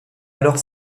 alors